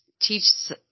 teach